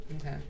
Okay